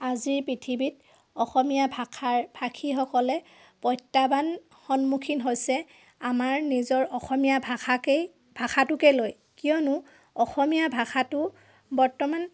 আজিৰ পৃথিৱীত অসমীয়া ভাষাৰ ভাষীসকলে প্ৰত্য়াহ্বান সন্মুখীন হৈছে আমাৰ নিজৰ অসমীয়া ভাষাকেই ভাষাটোকে লৈ কিয়নো অসমীয়া ভাষাটো বৰ্তমান